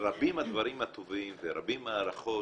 שרבים הדברים הטובים ורבים ההערכות